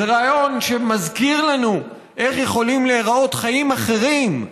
זה רעיון שמזכיר לנו איך יכולים להיראות חיים אחרים,